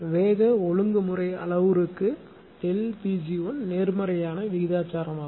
வேக ஒழுங்குமுறை அளவுருவுக்கு Pg நேர்மாறான விகிதாசாரமாகும்